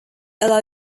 allow